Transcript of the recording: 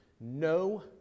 no